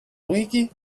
luigi